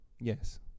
Yes